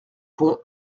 pont